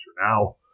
now